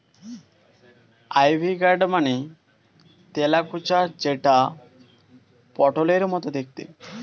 ivy gourd মানে তেলাকুচা যেটা পটলের মতো দেখতে